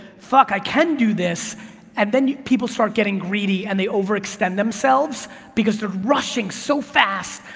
fuck, i can do this and then people start getting greedy and they over-extend themselves because they're rushing so fast.